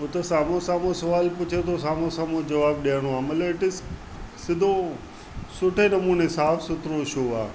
उता साम्हूं साम्हूं सवालु पुछे थो साम्हूं साम्हूं जवाबु ॾेयणो आहे मतिलबु इट इस सिधो सुठे नमूने साफ़ सुथरो शो आहे